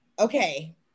okay